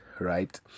right